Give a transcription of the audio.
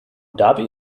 dhabi